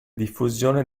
diffusione